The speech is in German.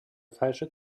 falsche